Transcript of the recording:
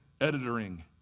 editing